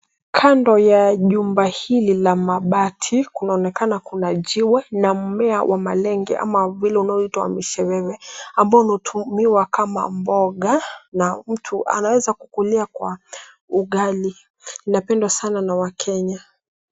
Kando ya jumba hili la mabati kunaonekana kuna jiwe na mmea wa malenge au vile unaoitwa misheveve unaotumiwa kama mboga na mtu anaweza kutumia kwa ugali. Inapendwa sana na wakenya.